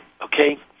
Okay